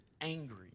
angry